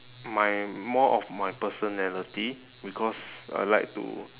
my more of my personality because I like to